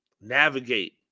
navigate